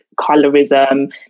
colorism